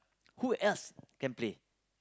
who else can play